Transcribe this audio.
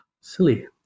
Silly